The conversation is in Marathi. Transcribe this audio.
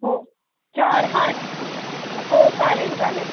हो चार हा हो चालेल चालेल